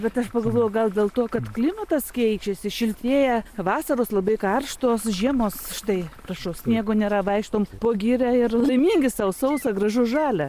bet aš pagalvojau gal dėl to kad klimatas keičiasi šiltėja vasaros labai karštos žiemos štai prašau sniego nėra vaikštom po girią ir laimingai sau sausa gražu žalia